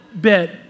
bit